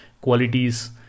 qualities